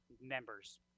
members